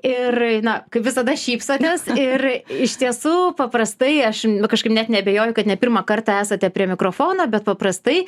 ir na kaip visada šypsotės ir iš tiesų paprastai aš kažkaip net neabejoju kad ne pirmą kartą esate prie mikrofono bet paprastai